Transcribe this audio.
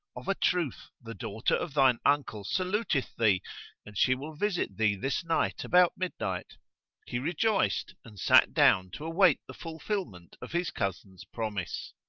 of a truth the daughter of thine uncle saluteth thee and she will visit thee this night about midnight he rejoiced and sat down to await the fulfilment of his cousin's promise.